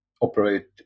operate